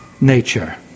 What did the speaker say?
nature